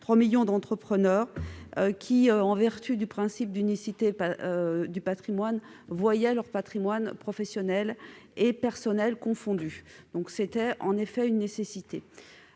3 millions d'entrepreneurs qui, en vertu du principe d'unicité du patrimoine, voyaient leurs patrimoines professionnel et personnel confondus. Ce texte est vraiment